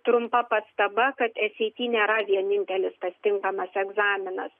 trumpa pastaba kad es ei ty nėra vienintelis tas tinkamas egzaminas